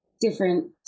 different